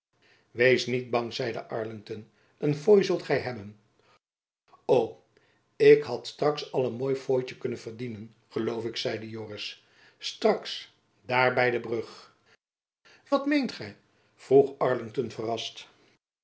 wees niet bang zeide arlington een fooi zult gy hebben o ik had straks al n moojen fooi kunnen verdienen loof ik zeide joris straks dair by debrug wat meent gy vroeg arlington verrast